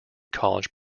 college